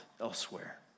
elsewhere